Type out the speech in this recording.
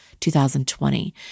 2020